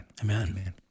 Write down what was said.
Amen